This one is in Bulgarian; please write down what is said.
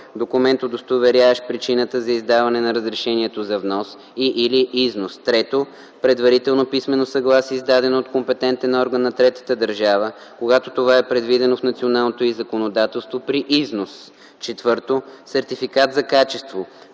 документ, удостоверяващ причината за издаване на разрешението за внос и/или износ; 3. предварително писмено съгласие, издадено от компетентен орган на третата държава, когато това е предвидено в националното й законодателство - при износ; 4. сертификат за качество